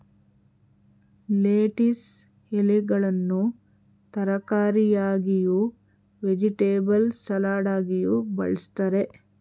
lettuce ಎಲೆಗಳನ್ನು ತರಕಾರಿಯಾಗಿಯೂ, vegetable ಸಲಡಾಗಿಯೂ ಬಳ್ಸತ್ತರೆ